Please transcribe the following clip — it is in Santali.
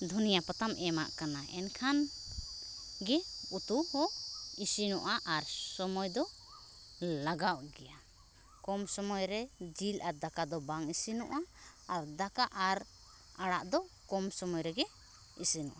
ᱫᱷᱩᱱᱤᱭᱟ ᱯᱟᱛᱟᱢ ᱮᱢᱟᱜ ᱠᱟᱱᱟ ᱮᱱᱠᱷᱟᱱ ᱜᱮ ᱩᱛᱩ ᱦᱚᱸ ᱤᱥᱤᱱᱚᱜᱼᱟ ᱟᱨ ᱥᱚᱢᱚᱭ ᱫᱚ ᱞᱟᱜᱟᱣᱚᱜ ᱜᱮᱭᱟ ᱠᱚᱢ ᱥᱚᱢᱚᱭ ᱨᱮ ᱡᱤᱞ ᱟᱨ ᱫᱟᱠᱟ ᱫᱚ ᱵᱟᱝ ᱤᱥᱤᱱᱚᱜᱼᱟ ᱟᱨ ᱫᱟᱠᱟ ᱟᱨ ᱟᱲᱟᱜ ᱫᱚ ᱠᱚᱢ ᱥᱚᱢᱚᱭ ᱨᱮᱜᱮ ᱤᱥᱤᱱᱚᱜᱼᱟ